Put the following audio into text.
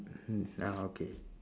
okay